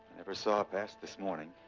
never saw past this morning.